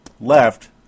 left